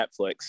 Netflix